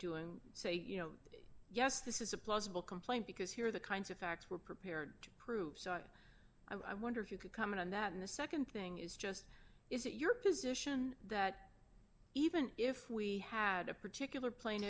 doing say you know yes this is a plausible complaint because here are the kinds of facts we're prepared to prove so i wonder if you could comment on that and the nd thing is just is it your position that even if we had a particular plane